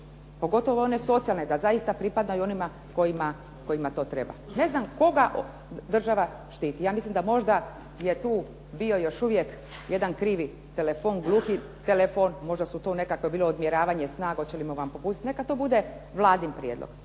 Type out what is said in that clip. pogotovo one socijalne da zaista pripadaju onima kojima to treba. Ne znam koga država štiti. Ja mislim da možda je tu bio još uvijek jedan krivi telefon, gluhi telefon, možda su tu nekakvo bilo odmjeravanje snaga hoćemo li vam popustiti? Neka to bude Vladin prijedlog,